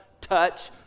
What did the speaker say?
touch